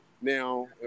Now